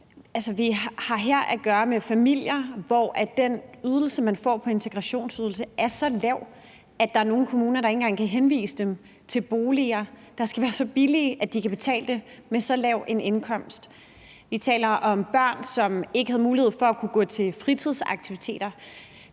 vi har her at gøre med familier, hvor det beløb, man får på integrationsydelse, er så lavt, at der er nogle kommuner, der ikke engang kan henvise dem til nogen boliger, når de skal være så billige, at de kan betale dem med så lav en indkomst. Vi taler om børn, som ikke har mulighed for at kunne gå til fritidsaktiviteter,